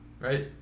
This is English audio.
right